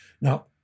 Now